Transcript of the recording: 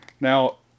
now